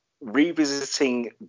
revisiting